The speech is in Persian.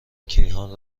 کیهان